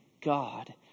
God